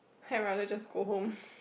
I rather just go home